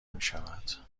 میشود